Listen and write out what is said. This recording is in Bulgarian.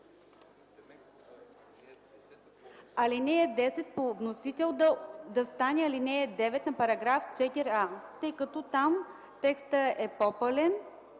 Алинея 10 по вносител да стане ал. 9 на § 4а, тъй като там текстът е по-пълен